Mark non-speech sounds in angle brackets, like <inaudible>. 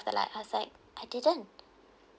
the light I was like I didn't <breath>